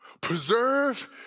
preserve